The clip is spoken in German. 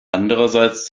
andererseits